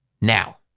Now